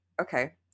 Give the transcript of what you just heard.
okay